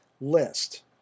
list